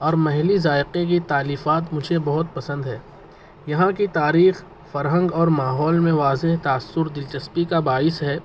اور محلّی ذائقے کی تالیفات مجھے بہت پسند ہے یہاں کی تاریخِ فرہنگ اور ماحول میں واضح تأثر دلچسپی کا باعث ہے